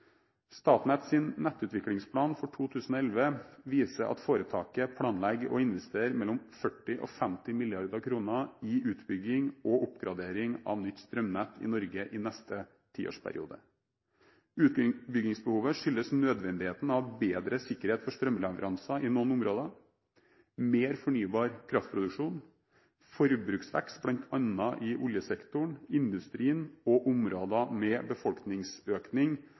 nettutviklingsplan for 2011 viser at foretaket planlegger å investere mellom 40 og 50 mrd. kr i utbygging og oppgradering av nytt strømnett i Norge i neste tiårsperiode. Utbyggingsbehovet skyldes nødvendigheten av bedre sikkerhet for strømleveranser i noen områder, mer fornybar kraftproduksjon, forbruksvekst bl.a. i oljesektoren, industrien og områder med befolkningsøkning,